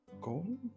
gold